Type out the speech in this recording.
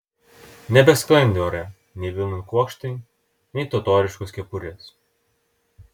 nebesklandė ore nei vilnų kuokštai nei totoriškos kepurės